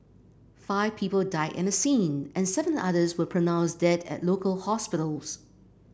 five people died at the scene and seven others were pronounced dead at local hospitals